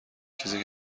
چیزی